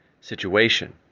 situation